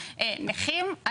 נכים,